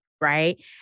right